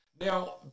Now